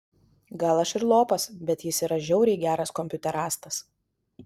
gal aš ir lopas bet jis yra žiauriai geras kompiuterastas